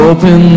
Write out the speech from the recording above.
Open